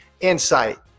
insight